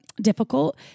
difficult